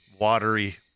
watery